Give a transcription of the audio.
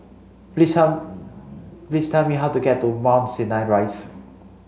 please tell how to get to Mount Sinai Rise